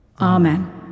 Amen